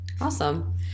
Awesome